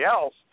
else